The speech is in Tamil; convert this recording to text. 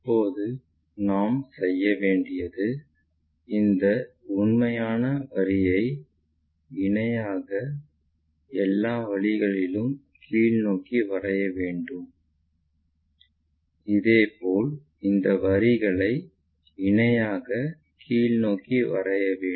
இப்போது நாம் செய்ய வேண்டியது இந்த உண்மையான வரிகளை இணையாக எல்லா வழிகளிலும் கீழ்நோக்கி வரைய வேண்டும் அதேபோல் இந்த வரிகளை இணையாக கீழ்நோக்கி வரைய வேண்டும்